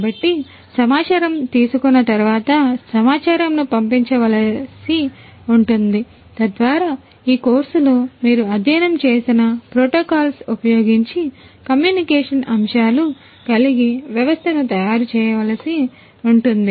కాబట్టి సమాచారం తీసుకున్న తర్వాత సమాచారమును పంపించవలసి ఉంటుంది తద్వారా ఈ కోర్సులో మీరు అధ్యయనం చేసిన ప్రోటోకాల్స్ ఉపయోగించి కమ్యూనికేషన్ అంశాలు కలిగిన వ్యవస్థను తయారు చేయవలసి ఉంటుంది